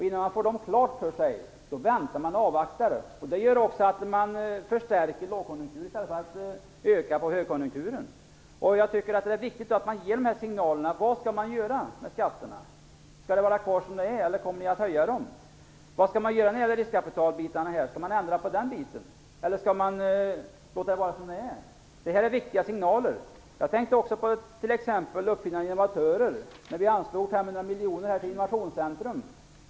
Innan man får klart för sig vilka spelregler som gäller väntar man och avvaktar. Det gör att lågkonjunkturen förstärks. Jag tycker att det är viktigt att man ger signaler om vad som skall hända med skatterna. Kommer de att vara kvar som de är eller kommer ni att höja dem? Vad kommer ni att göra när det gäller riskkapitalet? Kommer ni att ändra där? Detta är viktigt. Jag tänker också på uppfinnare och innovatörer. Vi anslog 500 miljoner till Innovationscentrum.